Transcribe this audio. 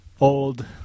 old